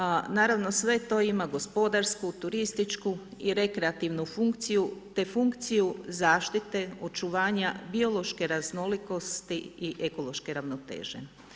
A naravno sve to ima gospodarsku, turističku i rekreativnu funkciju te funkciju zaštite, očuvanja, biološke raznolikosti i ekološke ravnoteže.